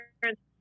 parents